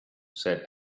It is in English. said